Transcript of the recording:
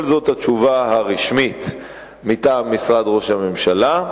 כל זאת התשובה הרשמית מטעם משרד ראש הממשלה.